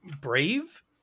brave